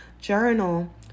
journal